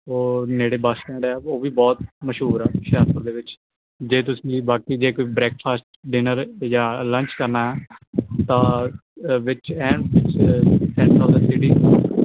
ਉਹ ਨੇੜੇ bus stand ਆ ਉਹ ਵੀ ਬਹੁਤ ਮਸ਼ਹੂਰ ਆ ਹੁਸ਼ਿਆਰਪੁਰ ਦੇ ਵਿੱਚ ਜੇ ਤੁਸੀਂ ਬਾਕੀ ਜੇ ਕੋਈ ਬ੍ਰੇਕਫਾਸਟ ਡਿਨਰ ਜਾਂ ਲੰਚ ਕਰਨਾ ਤਾਂ ਵਿੱਚ